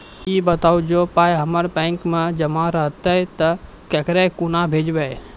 ई बताऊ जे पाय हमर बैंक मे जमा रहतै तऽ ककरो कूना भेजबै?